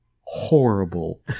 horrible